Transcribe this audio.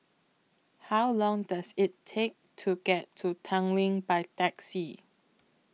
How Long Does IT Take to get to Tanglin By Taxi